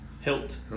hilt